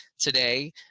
today